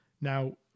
Now